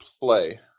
play